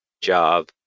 job